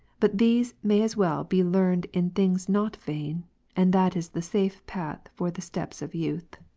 but these may as well be learned in things not vain and that is the safe path for the steps of youth.